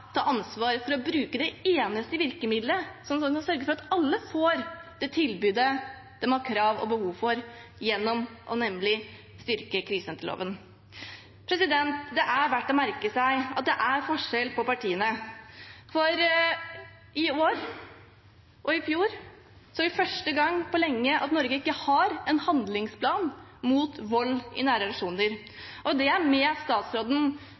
ta ansvar for å bruke det eneste virkemiddelet som kan sørge for at alle får det tilbudet de har krav på og behov for, nemlig å styrke krisesenterloven. Det er verdt å merke seg at det er forskjell på partiene. I år og i fjor er det første gang på lenge at Norge ikke har en handlingsplan mot vold i nære relasjoner, og det er med statsråden